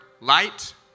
Light